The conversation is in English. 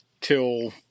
till